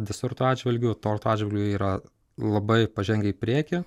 desertų atžvilgiu tortų atžvilgiu yra labai pažengę į priekį